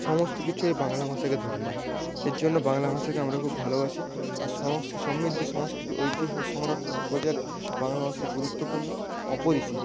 সমস্ত কিছু এই বাংলা ভাষাকে ধরে নিয়ে এইজন্য বাংলা ভাষাকে আমরা খুব ভালোবাসি আর সমস্ত সমৃদ্ধি সংস্কৃতি ঐতিহ্য সংরক্ষণ ও প্রচারে বাংলা ভাষার গুরুত্বপূর্ণ অপরিসীম